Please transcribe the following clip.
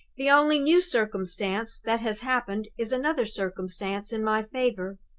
the only new circumstance that has happened is another circumstance in my favor!